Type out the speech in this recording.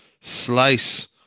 slice